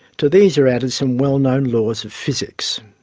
to these are added some well-known laws of physics.